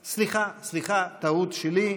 סליחה, סליחה, טעות שלי.